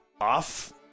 off